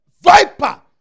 Viper